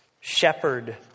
Shepherd